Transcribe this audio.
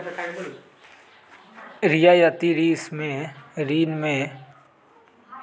रियायती ऋण में सरकार द्वारा ब्याज पर सब्सिडी देल जाइ छइ